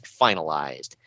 finalized